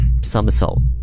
Somersault